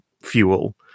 fuel